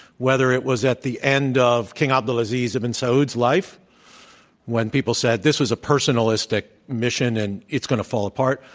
whether it was at the end of king abdulaziz ibn and saud's life when people said this was a personalistic mission and it's going to fall apart,